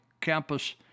campus